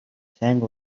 сайн